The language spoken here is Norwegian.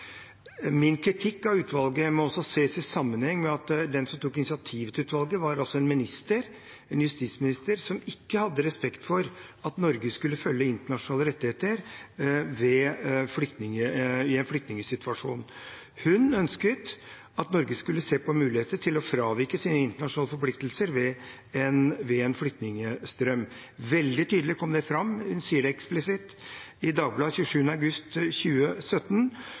Min kritikk av utvalget må også ses i sammenheng med at den som tok initiativet til utvalget, var en minister, en justisminister, som ikke hadde respekt for at Norge skulle følge internasjonale rettigheter i en flyktningsituasjon. Hun ønsket at Norge skulle se på muligheter til å fravike sine internasjonale forpliktelser ved en flyktningstrøm. Veldig tydelig kom det fram, hun sier det eksplisitt, i Dagbladet 24. august 2017,